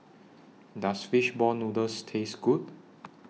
Does Fish Ball Noodles Taste Good